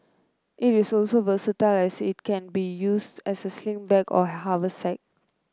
it is also versatile as it can be used as a sling bag or a haversack